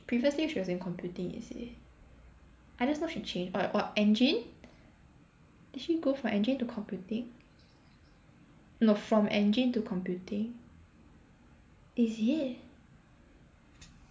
previously she was in computing is it I just know she change or or engin did she go for engin to computing no from engin to computing is it